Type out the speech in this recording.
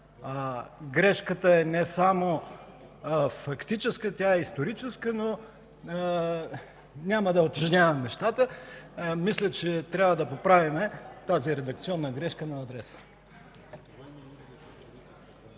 Грешката е не само фактическа, тя е и историческа, но няма да утежнявам нещата. Мисля, че трябва да поправим тази редакционна грешка на адреса.